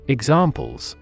Examples